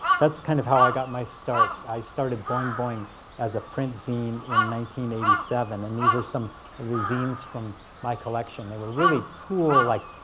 that's kind of how i got my start. i started boing boing as a print zine in eighty seven. and these are some of the zines from my collection. they were really cool. like